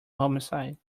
homicide